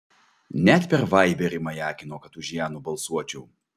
net per vaiberį majakino kad už ją nubalsuočiau